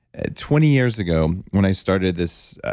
ah twenty years ago, when i started this,